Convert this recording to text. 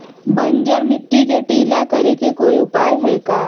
बंजर मिट्टी के ढीला करेके कोई उपाय है का?